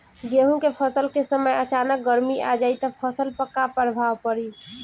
गेहुँ के फसल के समय अचानक गर्मी आ जाई त फसल पर का प्रभाव पड़ी?